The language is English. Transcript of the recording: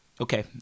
okay